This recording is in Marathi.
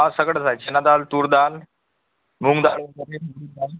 हा सगळंच आहे चणाडाळ तूरडाळ मूगडाळ